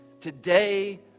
Today